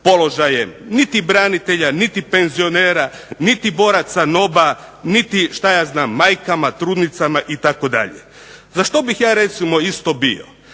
položaje niti branitelja, niti penzionera, niti boraca NOB-a, niti što ja znam majkama, trudnicama itd. Za što bih ja recimo isto bio?